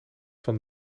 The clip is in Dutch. van